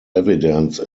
evidence